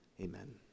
Amen